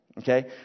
Okay